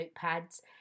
notepads